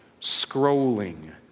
Scrolling